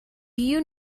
you